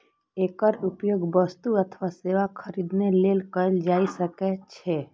एकर उपयोग वस्तु अथवा सेवाक खरीद लेल कैल जा सकै छै